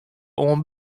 oan